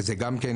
וזה גם כן,